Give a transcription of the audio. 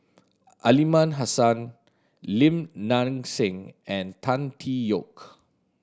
Aliman Hassan Lim Nang Seng and Tan Tee Yoke